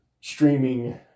streaming